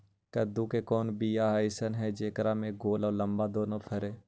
कददु के कोइ बियाह अइसन है कि जेकरा में गोल औ लमबा दोनो फरे?